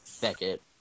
Beckett